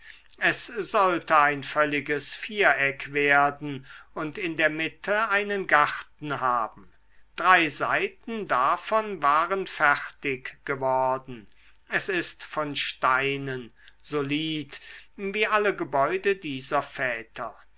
es sollte ein völliges viereck werden und in der mitte einen garten haben drei seiten davon waren fertig geworden es ist von steinen solid wie alle gebäude dieser väter